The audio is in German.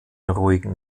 ruhigen